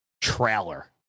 trailer